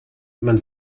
man